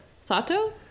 Sato